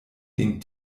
den